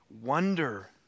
wonder